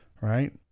Right